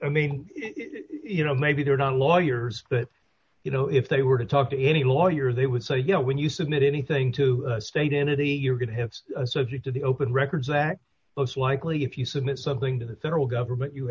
i mean you know maybe they're not lawyers that you know if they were to talk to any lawyers they would say you know when you submit anything to a state entity you're going to have subject to the open records act most likely if you submit something to the federal government you